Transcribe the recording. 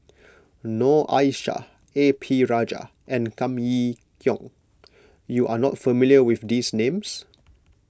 Noor Aishah A P Rajah and Kam Kee Yong you are not familiar with these names